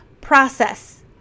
process